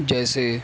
جیسے